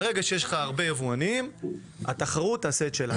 ברגע שיש לך הרבה יבואנים, התחרות תעשה את שלה.